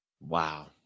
Wow